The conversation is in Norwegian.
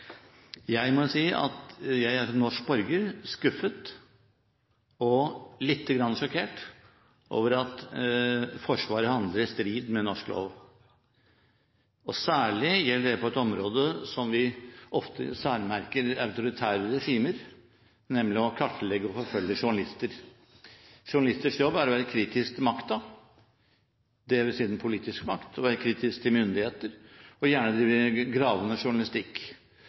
Jeg må si at jeg er som norsk borger skuffet og litt sjokkert over at Forsvaret handler i strid med norsk lov. Særlig gjelder det på et område som ofte særmerker autoritære regimer, nemlig å kartlegge og forfølge journalister. Journalisters jobb er å være kritiske til makten, dvs. den politiske makt, være kritiske til myndigheter og gjerne drive gravende journalistikk.